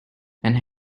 and